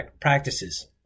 practices